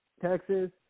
Texas